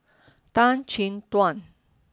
Tan Chin Tuan